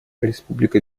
республика